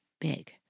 big